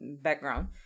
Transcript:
background